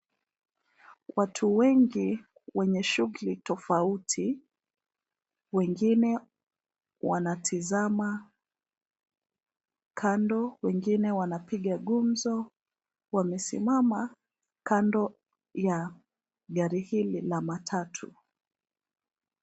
Watu wengi wenye shughuli tofauti, wengine wanatazama kando, wengine wanapiga gumzo, wamesimama kando ya gari hili la matatu.